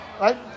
right